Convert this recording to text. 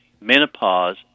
menopause